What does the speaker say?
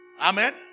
Amen